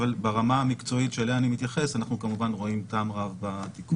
אבל ברמה המקצועית שאליה אני מתייחס אנחנו כמובן רואים טעם רב בתיקון.